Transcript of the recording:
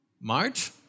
March